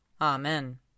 Amen